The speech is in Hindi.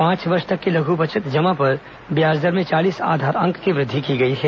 पांच वर्ष की लघ् बचत जमा पर ब्याज दर में चालीस आधार अंक तक की वृद्वि की गई है